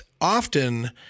often